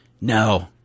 No